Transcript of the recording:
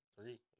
three